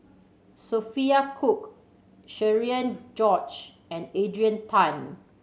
Sophia Cooke Cherian George and Adrian Tan